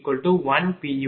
u